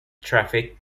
traffic